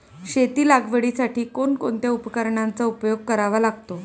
शेती लागवडीसाठी कोणकोणत्या उपकरणांचा उपयोग करावा लागतो?